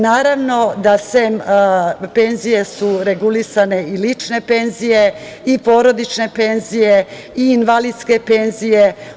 Naravno da su regulisane i lične penzije i porodične penzije i invalidske penzije.